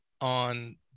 on